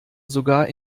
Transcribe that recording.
sogar